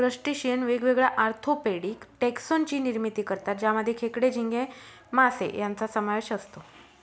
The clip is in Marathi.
क्रस्टेशियन वेगवेगळ्या ऑर्थोपेडिक टेक्सोन ची निर्मिती करतात ज्यामध्ये खेकडे, झिंगे, मासे यांचा समावेश असतो